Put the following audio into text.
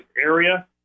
area